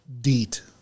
Deet